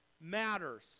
matters